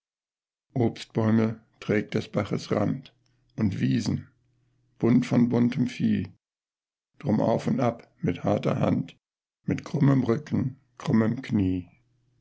trägt des baches rand und wiesen bunt von buntem vieh drum auf und ab mit harter hand mit krummem rücken krummem knie